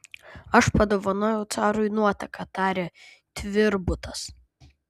aš padovanojau carui nuotaką tarė tvirbutas